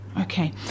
Okay